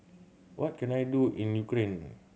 what can I do in Ukraine